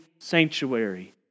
sanctuary